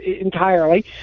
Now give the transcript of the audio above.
entirely